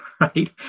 right